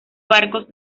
barcos